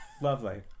Lovely